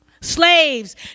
Slaves